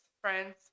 friends